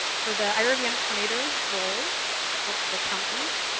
for the irvm um coordinator role that helps the counties,